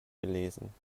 gelesen